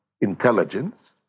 intelligence